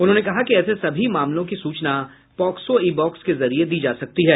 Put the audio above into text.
उन्होंने कहा कि ऐसे सभी मामलों की सूचना पॉक्सो ई बॉक्स के जरिए दी जा सकती है